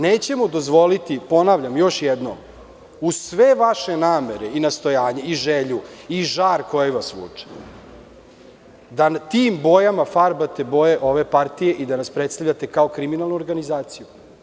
Nećemo dozvoliti, ponavljam još jednom, uz sve vaše namere, nastojanja, želju i žar koji vas vuče, da tim bojama farbate boje ove partije i da nas predstavljate kao kriminalnu organizaciju.